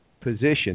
position